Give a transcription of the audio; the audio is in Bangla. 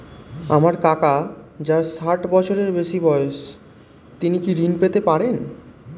আমার কাকা যার ষাঠ বছরের বেশি বয়স তিনি কি ঋন পেতে পারেন?